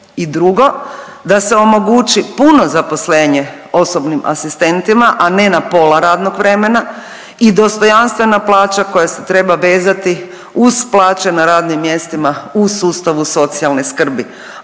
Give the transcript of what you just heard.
I drugo da se omogući puno zaposlenje osobnim asistentima, a ne na pola radnog vremena i dostojanstvena plaća koja se treba vezati uz plaće na radnim mjestima u sustavu socijalne skrbi,